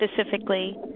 specifically